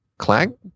Clang